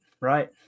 right